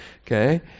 Okay